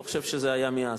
אני לא חושב שזה היה מאז.